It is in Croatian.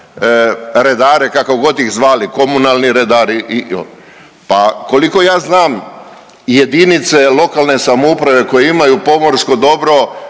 redare kako god ih zvali komunalni redari. Pa koliko ja znam jedinice lokalne samouprave koje imaju pomorsko dobro